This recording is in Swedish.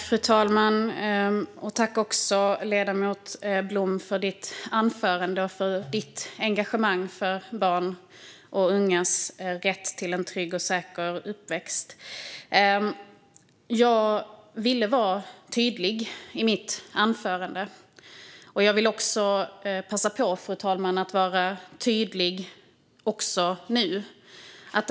Fru talman! Tack, ledamot Blom, för ditt anförande och för ditt engagemang för barns och ungas rätt till en trygg och säker uppväxt! Jag ville vara tydlig i mitt anförande. Jag vill passa på att vara tydlig också nu, fru talman.